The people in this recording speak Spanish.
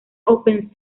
open